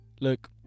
Look